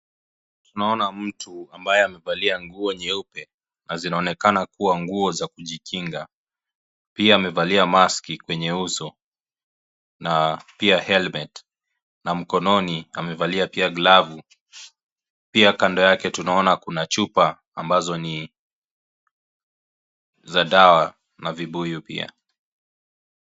Tunaona mtu ambaye amevalia nguo nyeupe na zinaonekana kuwa nguo za kujikinga, pia amevalia maski kwenye uso na pia helmet na mkononi amevalia pia glavu ,pia kando yake tunaona pia kuna chupa ambazo ni za dawa na vibuyu pia.